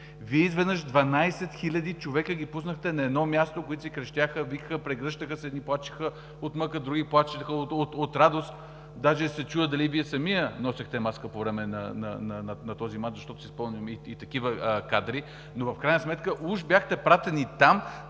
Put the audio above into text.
Вие изведнъж пуснахте на едно място 12 хиляди човека, които си крещяха, викаха, прегръщаха се, едни плачеха от мъка, други плачеха от радост. Даже се чудя дали и Вие самият носехте маска по време на този мач, защото си спомням и такива кадри? Но в крайна сметка уж бяхте пратени там